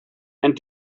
and